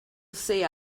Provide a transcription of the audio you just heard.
see